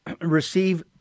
Receive